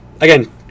again